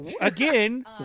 Again